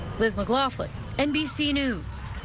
this mcloughlin nbc news.